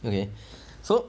okay so